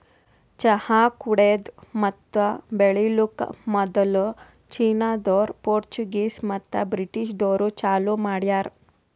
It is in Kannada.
ಚಹಾ ಕುಡೆದು ಮತ್ತ ಬೆಳಿಲುಕ್ ಮದುಲ್ ಚೀನಾದೋರು, ಪೋರ್ಚುಗೀಸ್ ಮತ್ತ ಬ್ರಿಟಿಷದೂರು ಚಾಲೂ ಮಾಡ್ಯಾರ್